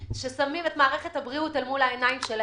ששמים את מערכת הבריאות אל מול העיניים שלהם,